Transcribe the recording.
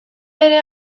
ere